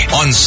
on